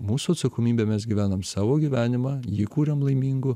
mūsų atsakomybė mes gyvenam savo gyvenimą jį kuriam laimingu